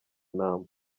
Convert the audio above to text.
nama